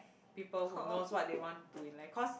people who knows what they want to do in like cause